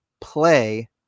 play